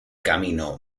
camino